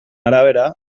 arabera